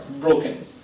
broken